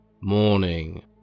Morning